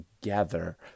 together